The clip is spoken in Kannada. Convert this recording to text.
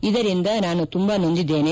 ಇದರಿಂದ ನಾನು ತುಂಬಾ ನೊಂದಿದ್ಲೇನೆ